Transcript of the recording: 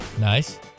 Nice